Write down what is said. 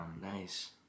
nice